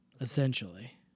Essentially